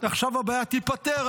עכשיו הבעיה תיפתר,